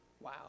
Wow